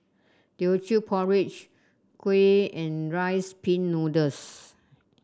Teochew Porridge kuih and Rice Pin Noodles